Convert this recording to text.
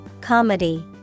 Comedy